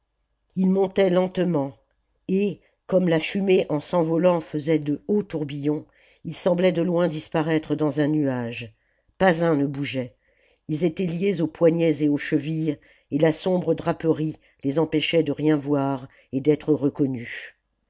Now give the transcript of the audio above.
ils montaient lentement et comme la fumée en s'envolant faisait de hauts tourbillons ils semblaient de loin disparaître dans un nuage pas un ne bougeait ils étaient liés aux poignets et aux chevilles et la sombre draperie les empêchait de rien voir et d'être reconnus